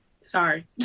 Sorry